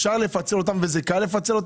מדובר בתוכנית גדולה שיש בה למעלה מ-2 מיליארד שקל,